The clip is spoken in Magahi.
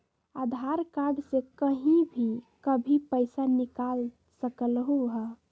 आधार कार्ड से कहीं भी कभी पईसा निकाल सकलहु ह?